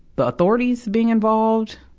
the authorities being involved,